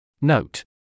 Note